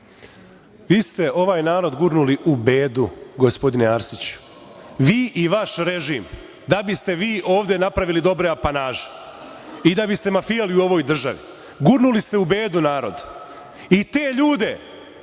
Vi ste ovaj narod gurnuli u bedu, gospodine Arsiću, vi i vaš režim da biste vi ovde napravili dobre apanaže i da biste mafijali u ovoj državi. Gurnuli ste u bedu narod i te ljude